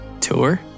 Tour